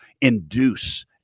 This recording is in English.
induce